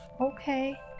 Okay